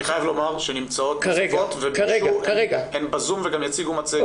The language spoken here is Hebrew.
אני חייב לומר שנמצאות עוד והן ב-זום וגם יציגו מצגת.